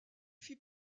fit